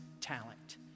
talent